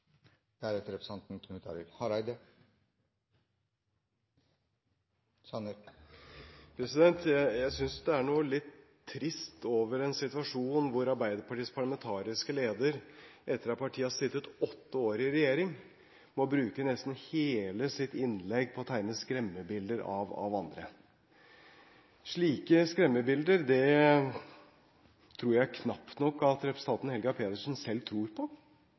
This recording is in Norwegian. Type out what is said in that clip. noe litt trist over en situasjon hvor Arbeiderpartiets parlamentariske leder, etter at partiet har sittet åtte år i regjering, må bruke nesten hele sitt innlegg på å tegne skremmebilder av andre. Slike skremmebilder tror jeg knapt nok at representanten Helga Pedersen selv tror på.